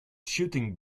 shooting